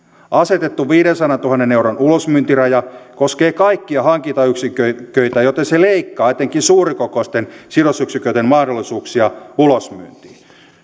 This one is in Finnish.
asetettu viidensadantuhannen euron ulosmyyntiraja koskee kaikkia hankintayksiköitä joten se leikkaa etenkin suurikokoisten sidosyksiköiden mahdollisuuksia ulosmyyntiin